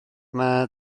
mae